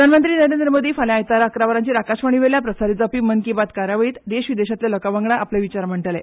प्रधानमंत्री नरेंद्र मोदी आयतारा सकाळी इकरा वरांचेर आकाशवाणीवेल्यान प्रसारित जावपी मन की बात कार्यावळीत देशविदेशातल्या लोकावांगडा आपले विचार मांडटले